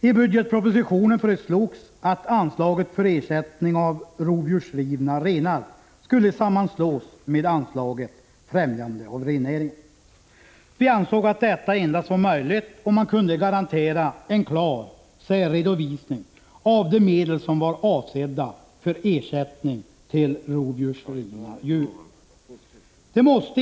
I budgetpropositionen föreslogs att anslaget för ersättning av rovdjursrivna renar skulle sammanslås med anslaget för främjande av rennäringen. Vi ansåg att detta endast var möjligt om man kunde garantera en klar särredovisning av de medel som var avsedda för ersättning för rovdjursrivna djur.